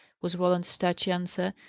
was roland's touchy answer,